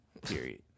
Period